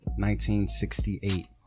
1968